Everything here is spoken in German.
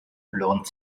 lohnt